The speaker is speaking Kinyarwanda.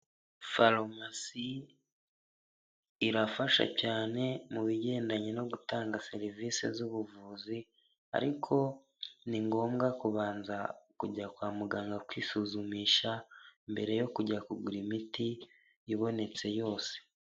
Farumasi irafasha cyane mu bigendanye no gutanga serivisi z'ubuvuzi ariko ni ngombwa kubanza kujya kwa muganga kwisuzumisha mbere yo kujya kugura imiti ibonetse yose.